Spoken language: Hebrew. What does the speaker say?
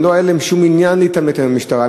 לא היה להם שום עניין להתעמת עם המשטרה.